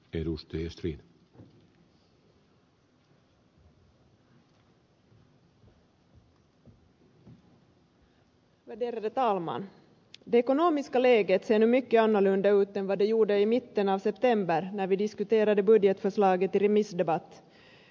det ekonomiska läget ser nu mycket annorlunda ut än vad det gjorde i mitten av september när vi diskuterade budgetförslaget i remissdebatt